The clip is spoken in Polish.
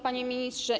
Panie Ministrze!